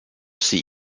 sie